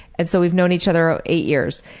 and so we've known each other eight years.